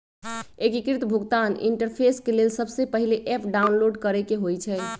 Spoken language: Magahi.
एकीकृत भुगतान इंटरफेस के लेल सबसे पहिले ऐप डाउनलोड करेके होइ छइ